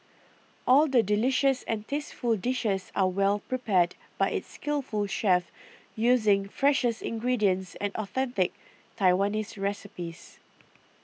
all the delicious and tasteful dishes are well prepared by its skillful chefs using freshest ingredients and authentic Taiwanese recipes